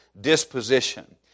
disposition